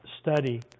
study